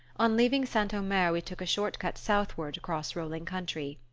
on leaving st. omer we took a short cut southward across rolling country.